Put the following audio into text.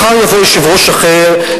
מחר יבוא יושב-ראש אחר,